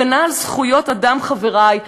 הגנה על זכויות אדם" חברי,